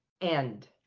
end